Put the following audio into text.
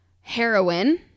Heroin